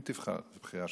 אם תבחר, זו בחירה שלך.